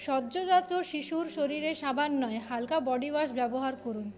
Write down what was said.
সদ্যোজাত শিশুর শরীরে সাবান নয় হালকা বডিওয়াশ ব্যবহার করুন